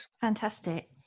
Fantastic